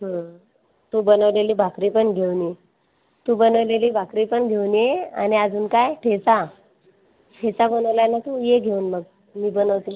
तू बनवलेली भाकरी पण घेऊन ये तू बनवलेली भाकरी पण घेऊन ये आणि अजून काय ठेचा ठेचा बनवला आहे ना तू ये घेऊन मग मी बनवते